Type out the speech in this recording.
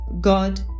God